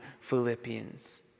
Philippians